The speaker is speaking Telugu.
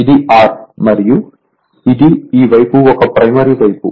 ఇది R మరియు ఇది ఈ వైపు ఒక ప్రైమరీ వైపు